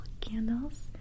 candles